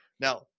Now